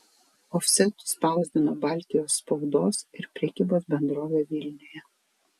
ofsetu spausdino baltijos spaudos ir prekybos bendrovė vilniuje